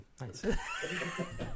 nice